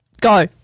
Go